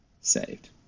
saved